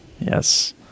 Yes